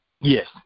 Yes